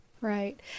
right